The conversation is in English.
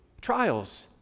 trials